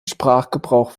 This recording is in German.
sprachgebrauch